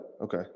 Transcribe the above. Okay